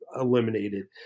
eliminated